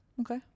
Okay